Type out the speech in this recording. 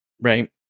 Right